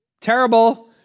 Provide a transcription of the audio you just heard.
terrible